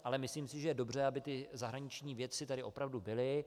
Ale myslím si, že je dobře, aby zahraniční vědci tady opravdu byli.